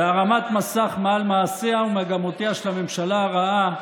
הרמת מסך מעל מעשיה ומגמותיה של הממשלה הרעה,